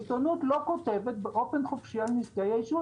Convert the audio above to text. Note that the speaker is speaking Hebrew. העיתונות לא כותבת באופן חופשי על נזקי העישון.